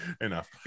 enough